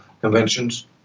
conventions